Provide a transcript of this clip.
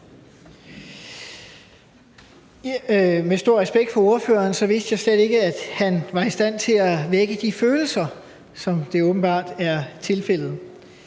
Med stor respekt for ordføreren vidste jeg slet ikke, at han var i stand til at vække de følelser, som det åbenbart er tilfældet.